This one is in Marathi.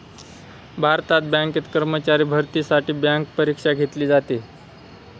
भारतात बँकेत कर्मचारी भरतीसाठी बँक परीक्षा घेतली जाते